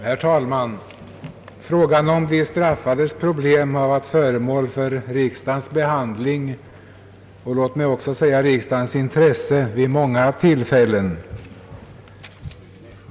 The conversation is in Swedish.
Herr talman! Frågan om de straffades problem har vid många tillfällen varit föremål för riksdagens behandling och intresse.